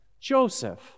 Joseph